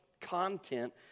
content